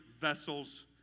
vessels